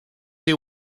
they